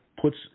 puts